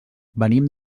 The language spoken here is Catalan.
venim